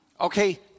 okay